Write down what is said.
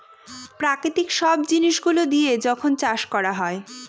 প্রাকৃতিক সব জিনিস গুলো দিয়া যখন চাষ করা হয়